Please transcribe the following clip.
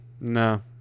no